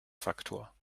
faktor